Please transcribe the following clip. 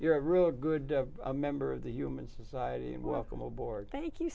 you're a really good member of the human society and welcome aboard thank you